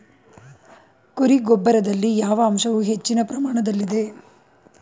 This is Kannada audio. ಕುರಿ ಗೊಬ್ಬರದಲ್ಲಿ ಯಾವ ಅಂಶವು ಹೆಚ್ಚಿನ ಪ್ರಮಾಣದಲ್ಲಿದೆ?